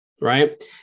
right